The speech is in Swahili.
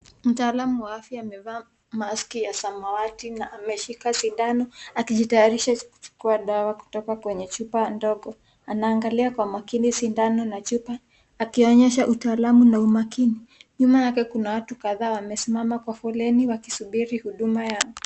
Mtaalamu wa afya amevaa maski ya samawati na ameshika sindano, akijitayarisha kuchukua dawa kutoka kwenye chupa ndogo. Anaangalia kwa makini sindano na chupa, akionyesha utaalamu na umakini. Nyuma yake kuna watu kadhaa wamesimama kwa foleni wakisubiri huduma ya,